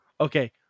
okay